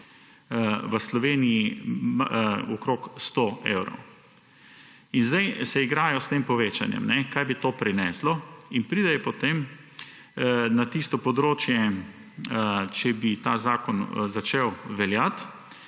v Sloveniji okrog 100 evrov. In se igrajo s tem povečanjem, kaj bi to prineslo, in pridejo potem na področje, če bi ta zakon začel veljati,